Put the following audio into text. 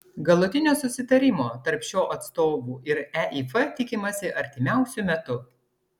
galutinio susitarimo tarp šio atstovų ir eif tikimasi artimiausiu metu